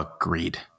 Agreed